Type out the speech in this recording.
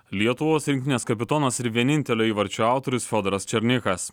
lietuvos rinktinės kapitonas ir vienintelio įvarčio autorius fiodoras černychas